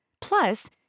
plus